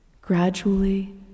Gradually